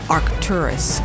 Arcturus